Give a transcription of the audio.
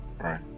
Right